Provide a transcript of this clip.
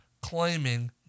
claiming